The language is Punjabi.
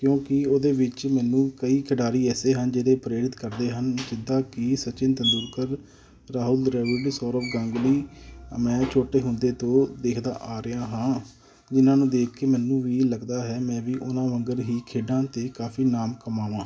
ਕਿਉਂਕਿ ਉਹਦੇ ਵਿੱਚ ਮੈਨੂੰ ਕਈ ਖਿਡਾਰੀ ਐਸੇ ਹਨ ਜਿਹੜੇ ਪ੍ਰੇਰਿਤ ਕਰਦੇ ਹਨ ਜਿੱਦਾਂ ਕਿ ਸਚਿਨ ਤੇਂਦੁਲਕਰ ਰਾਹੁਲ ਦ੍ਰਾਵਿੜ ਸੌਰਵ ਗਾਂਗੁਲੀ ਮੈਂ ਛੋਟੇ ਹੁੰਦੇ ਤੋਂ ਦੇਖਦਾ ਆ ਰਿਹਾ ਹਾਂ ਜਿਨ੍ਹਾਂ ਨੂੰ ਦੇਖ ਕੇ ਮੈਨੂੰ ਵੀ ਲੱਗਦਾ ਹੈ ਮੈਂ ਵੀ ਉਹਨਾਂ ਵੰਗਰ ਹੀ ਖੇਡਾਂ ਅਤੇ ਕਾਫੀ ਨਾਮ ਕਮਾਵਾਂ